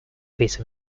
piece